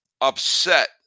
upset